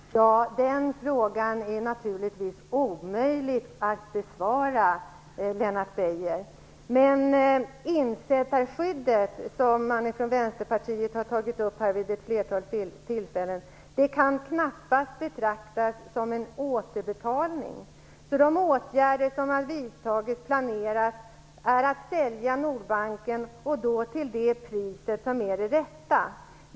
Herr talman! Den frågan är naturligtvis omöjlig att besvara, Lennart Beijer. Men det insättarskydd som man från Västerpartiet har tagit upp här vid ett flertal tillfällen kan knappast betraktas som en återbetalning. De åtgärder som planeras är bl.a. att sälja ut Nordbanken till det pris som är det rätta.